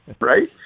right